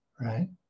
right